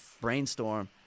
brainstorm